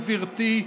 גברתי,